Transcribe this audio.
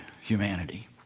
humanity